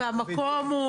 והמקום?